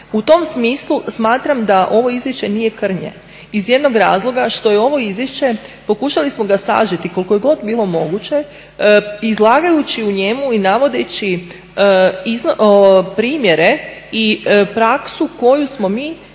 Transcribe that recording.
U tom smislu smatram da ovo izvješće nij krnje, iz jednog razloga što je ovo izvješće pokušali smo ga sažeti koliko je god bilo moguće, izlagajući u njemu i navodeći primjere i praksu koju smo mi